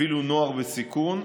אפילו נוער בסיכון,